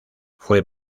fue